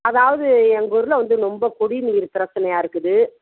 அதாவது எங்கூரில் வந்து ரொம்ப குடிநீர் பிரச்சினையா இருக்குது